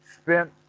spent